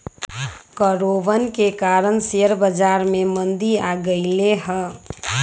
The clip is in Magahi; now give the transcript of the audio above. कोरोनवन के कारण शेयर बाजार में मंदी आ गईले है